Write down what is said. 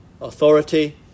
Authority